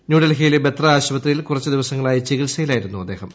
ന്യൂഡൽഹിയെ ബത്ര ആശുപത്രിയിൽ കുറച്ചു ദിവസങ്ങളായി ചികിത്സയിലായിരുന്നു അദ്ദേഹം